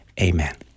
Amen